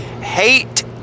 hate